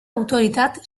autoritat